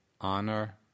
honor